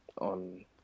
on